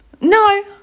No